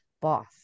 boss